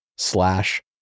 slash